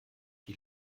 die